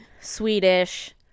Swedish